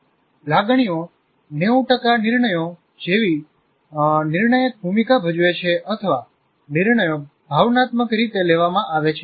લાગણીઓ 90 ટકા નિર્ણયો હું માત્ર અંદાજિત સંખ્યા આપું છું જેવી નિર્ણાયક ભૂમિકા ભજવે છે અથવા નિર્ણયો ભાવનાત્મક રીતે લેવામાં આવે છે